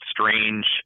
strange